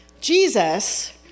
Jesus